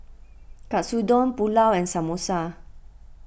Katsudon Pulao and Samosa